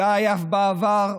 אולי אף בעבר,